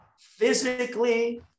physically